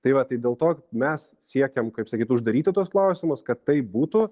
tai va tai dėl to mes siekiam kaip sakyt uždaryti tuos klausimus kad taip būtų